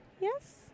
Yes